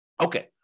Okay